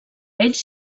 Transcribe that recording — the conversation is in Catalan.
ells